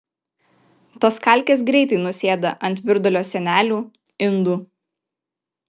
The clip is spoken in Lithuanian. tos kalkės greitai nusėda ant virdulio sienelių indų